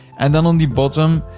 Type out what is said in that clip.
and then on the bottom,